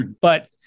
But-